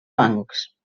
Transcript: bancs